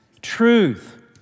truth